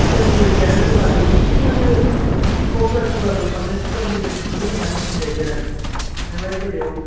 सिगांनि बायदियानो दं आरो इसे माने सब जादोंबाबो माने सिगांनि बायदिखौनो होन्नानै बुंजायो आरो थांलाय फैलायाव